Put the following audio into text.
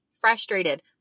frustrated